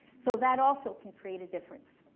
so that also can create a difference